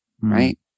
right